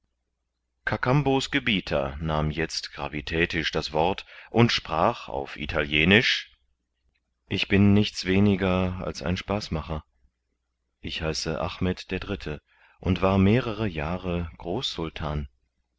kakambo's gebieter nahm jetzt gravitätisch das wort und sprach auf italienisch ich bin nichts weniger als ein spaßmacher ich heiße achmed iii und war mehrere jahre